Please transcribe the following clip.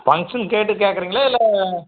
function கேட்டு கேட்குறிங்ளா இல்லை